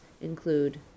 include